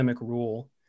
rule